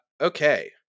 Okay